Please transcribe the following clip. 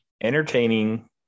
entertaining